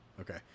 Okay